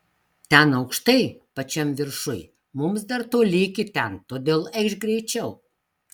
ten aukštai pačiam viršuj mums dar toli iki ten todėl eikš greičiau